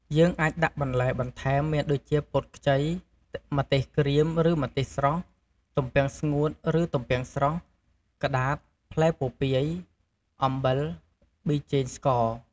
យើងអាចដាក់បន្លែ បន្ថែម មានដូចជាពោតខ្ចី ម្ទេសក្រៀមឬម្ទេសស្រស់ ទំពាំងស្ងួតរឺទំពាំងស្រស់ ក្តាត ផ្លែពពាយ អំបិល ប៊ីចេងស្ករ។